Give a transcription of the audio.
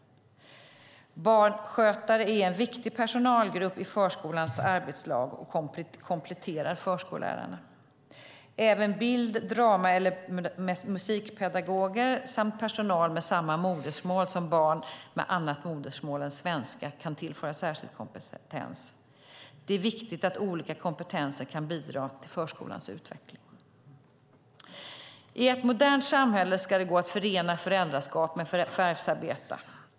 Barnskötare är en viktig personalgrupp i förskolans arbetslag och kompletterar förskollärarna. Även bild-, drama och musikpedagoger samt personer med samma modersmål som barn med annat modersmål än svenska kan tillföra särskild kompetens. Det är viktigt att olika kompetenser kan bidra till förskolans utveckling. I ett modernt samhälle ska det gå att förena föräldraskap med förvärvsarbete.